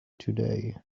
today